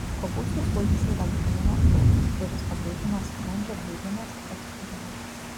kopūstų sultyse yra vitamino u kuris pagreitina skrandžio gleivinės atsikūrimą